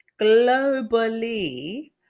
globally